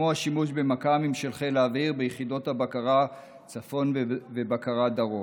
כמו השימוש במכ"מים של חיל האוויר ביחידות בקרה צפון ובקרה דרום.